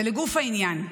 ולגוף העניין.